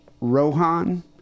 Rohan